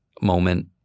moment